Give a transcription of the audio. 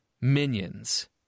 Minions